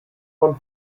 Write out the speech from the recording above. man